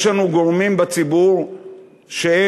יש לנו גורמים בציבור שהם